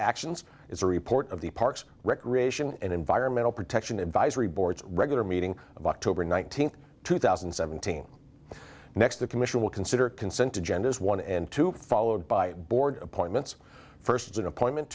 actions it's a report of the parks recreation and environmental protection advisory board regular meeting of october nineteenth two thousand and seventeen next the commission will consider consent agendas one and two followed by board appointments first an appointment